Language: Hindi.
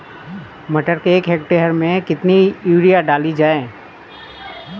मटर के एक हेक्टेयर में कितनी यूरिया डाली जाए?